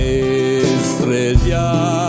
estrella